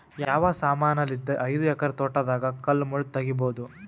ಯಾವ ಸಮಾನಲಿದ್ದ ಐದು ಎಕರ ತೋಟದಾಗ ಕಲ್ ಮುಳ್ ತಗಿಬೊದ?